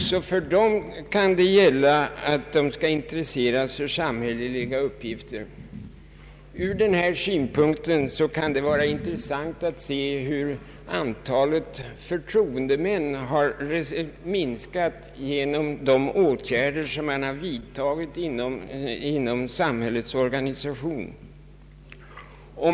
Även för dem kan gälla att de bör intresseras för samhälleliga uppgifter. Ur denna synpunkt kan det vara intressant att lägga märke till hur antalet förtroendemän har minskat genom de åtgärder som vidtagits inom samhällets organisation.